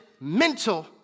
mental